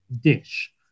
dish